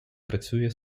працює